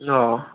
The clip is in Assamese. অঁ